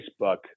Facebook